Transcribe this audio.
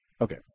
Okay